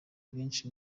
benshi